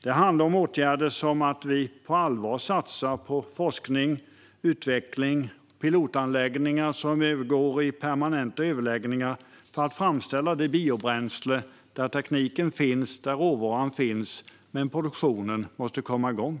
Det handlar om åtgärder som att vi på allvar satsar på forskning och utveckling och på pilotanläggningar som övergår i permanenta anläggningar för att framställa biobränsle. Tekniken och råvaran finns, men produktionen måste komma igång.